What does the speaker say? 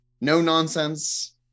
no-nonsense